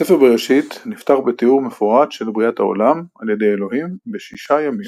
ספר בראשית נפתח בתיאור מפורט של בריאת העולם על ידי אלוהים בשישה ימים